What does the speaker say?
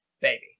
baby